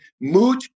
mood